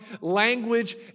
language